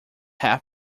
half